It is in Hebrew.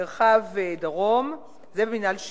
מרחב דרום, זה מינהל שימור,